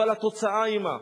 אבל התוצאה היא מה?